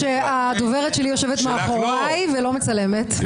שהדוברת שלי יושבת מאחוריי ולא מצלמת,